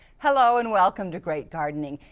hello, and welcome to great gardening.